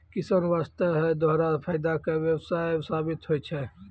किसान वास्तॅ है दोहरा फायदा के व्यवसाय साबित होय छै